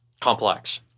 complex